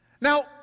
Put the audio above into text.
Now